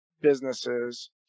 businesses